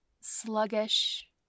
sluggish